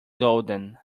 golden